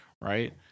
right